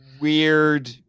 weird